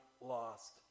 lost